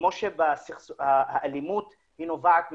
כמו שהאלימות נובעת מסכסוכים,